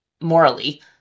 morally